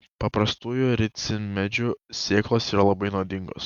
paprastųjų ricinmedžių sėklos yra labai nuodingos